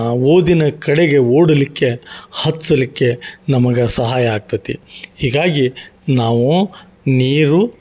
ಓದಿನ ಕಡೆಗೆ ಓಡಲಿಕ್ಕೆ ಹತ್ಸಲಿಕ್ಕೆ ನಮ್ಗೆ ಸಹಾಯ ಆಗ್ತತಿ ಹೀಗಾಗಿ ನಾವು ನೀರು